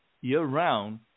year-round